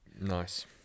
Nice